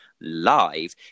live